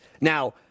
Now